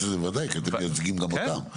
את זה בוודאי כי אתם מייצגים גם אותם,